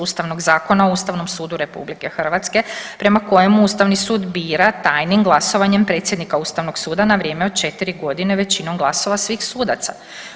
Ustavnog zakona o Ustavnom sudu Republike Hrvatske prema kojemu Ustavni sud bira tajnim glasovanjem predsjednika Ustavnog suda na vrijeme od 4 godine većinom glasova svih sudaca.